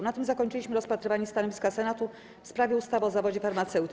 Na tym zakończyliśmy rozpatrywanie stanowiska Senatu w sprawie ustawy o zawodzie farmaceuty.